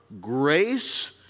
grace